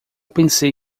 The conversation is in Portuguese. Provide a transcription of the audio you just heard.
pensei